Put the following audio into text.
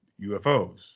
UFOs